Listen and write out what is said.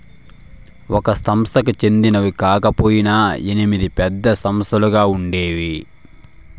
ఒక సంస్థకి చెందినవి కాకపొయినా ఎనిమిది పెద్ద సంస్థలుగా ఉండేవి